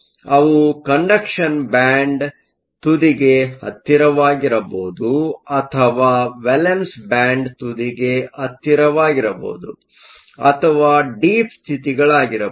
ಅವು ಕಂಡಕ್ಷನ್ ಬ್ಯಾಂಡ್Conduction band ತುದಿಗೆ ಹತ್ತಿರವಾಗಿರಬಹುದು ಅಥವಾ ವೇಲೆನ್ಸ್ ಬ್ಯಾಂಡ್Valence band ತುದಿಗೆ ಹತ್ತಿರವಾಗಿರಬಹುದು ಅಥವಾ ಡೀಪ್ ಸ್ಥಿತಿ ಗಳಾಗಿರಬಹುದು